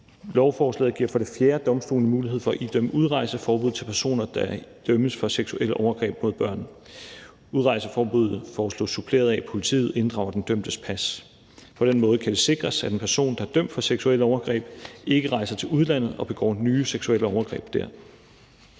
Lovforslaget giver for det fjerde domstolene mulighed for at idømme udrejseforbud til personer, der dømmes for seksuelle overgreb mod børn. Udrejseforbuddet foreslås suppleret af, at politiet inddrager den dømtes pas. På den måde kan det sikres, at en person, der er dømt for seksuelle overgreb, ikke rejser til udlandet og begår nye seksuelle overgreb der.